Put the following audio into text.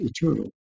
eternal